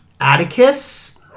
Atticus